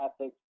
ethics